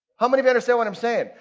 how many you understand what i'm saying?